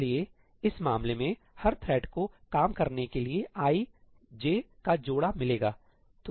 इसलिए इस मामले में हर थ्रेड को काम करने के लिए एक i j का जोड़ा मिलेगा